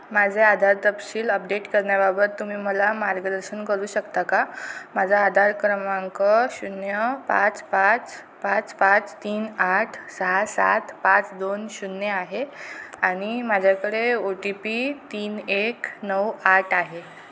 माझं आधार तपशील अपडेट करण्याबाबत तुम्ही मला मार्गदर्शन करू शकता का माझा आधार क्रमांक शून्य पाच पाच पाच पाच तीन आठ सहा सात पाच दोन शून्य आहे आणि माझ्याकडे ओ टी पी तीन एक नऊ आठ आहे